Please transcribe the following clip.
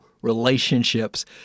relationships